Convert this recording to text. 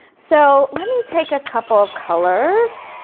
so let me take a couple of colors,